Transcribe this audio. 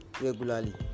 regularly